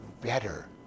better